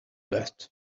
that